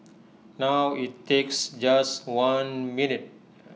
now IT takes just one minute